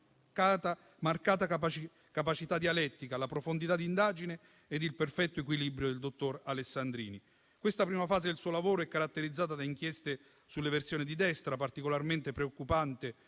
marcata capacità dialettica, la profondità di indagine e il perfetto equilibrio del dottor Alessandrini. Questa prima fase del suo lavoro è caratterizzata da inchieste sull'eversione di destra, particolarmente preoccupante